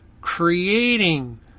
creating